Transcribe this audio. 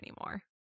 anymore